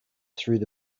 through